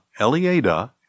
Eliada